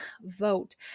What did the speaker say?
vote